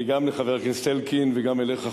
וגם לחבר הכנסת אלקין וגם אליך,